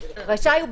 רשאי הוא,